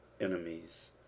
enemies